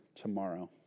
tomorrow